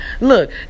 Look